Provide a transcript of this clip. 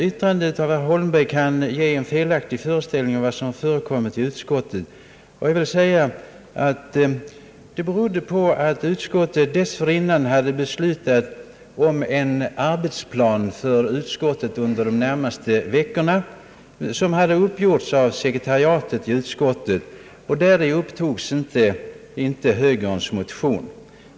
Herr Holmbergs yttrande kan ge en felaktig uppfattning om vad som förekommit i utskottet. Utskottets ställningstagande berodde på att utskottet dessförinnan hade beslutat en arbetsplan för de närmaste veckorna, vilken hade uppgjorts av sekretariatet i utskottet. I denna plan upptogs inte högerns motion.